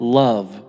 love